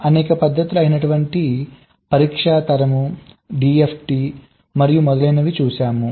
మనము అనేక పద్ధతులు అయినటువంటి పరీక్ష తరం DFT మరియు మొదలైనవి చూశాము